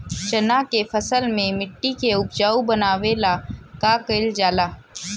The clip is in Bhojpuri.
चन्ना के फसल में मिट्टी के उपजाऊ बनावे ला का कइल जाला?